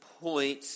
point